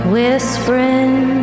Whispering